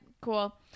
Cool